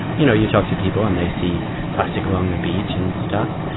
you know, you talk to people and they see plastic along the beach and stuff.